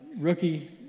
rookie